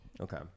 Okay